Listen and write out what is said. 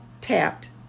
tapped